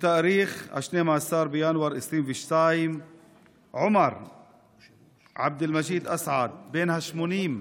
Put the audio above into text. בתאריך 12 בינואר 2022 עומר עבד אל-מג'יד אסעד בן ה-80,